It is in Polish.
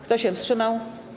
Kto się wstrzymał?